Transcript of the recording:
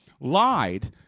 lied